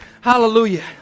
hallelujah